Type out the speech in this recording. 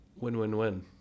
Win-win-win